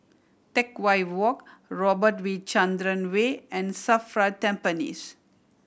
Teck Whye Walk Robert V Chandran Way and SAFRA Tampines